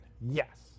Yes